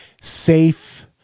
safe